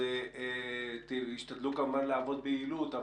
ישתדלו כמובן לעבוד ביעילות,